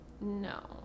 no